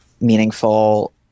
meaningful